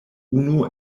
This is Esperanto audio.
unu